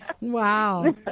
Wow